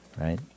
Right